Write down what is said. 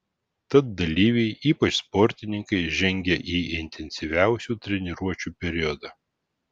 tad dalyviai ypač sportininkai žengia į intensyviausių treniruočių periodą